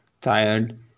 tired